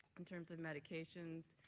in terms of medications,